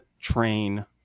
train